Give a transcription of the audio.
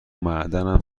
معدنم